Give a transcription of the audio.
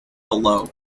below